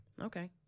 Okay